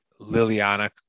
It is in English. Liliana